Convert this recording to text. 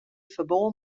ferbân